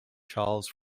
charles